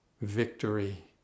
victory